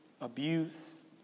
abuse